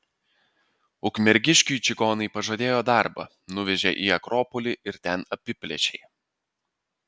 ukmergiškiui čigonai pažadėjo darbą nuvežė į akropolį ir ten apiplėšė